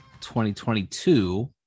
2022